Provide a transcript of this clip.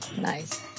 Nice